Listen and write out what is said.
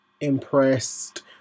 impressed